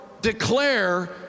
declare